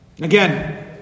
Again